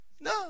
No